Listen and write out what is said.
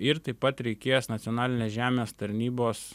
ir taip pat reikės nacionalinės žemės tarnybos